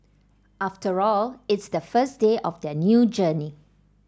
after all it's the first day of their new journey